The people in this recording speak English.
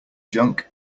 junk